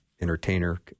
entertainer